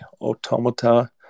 Automata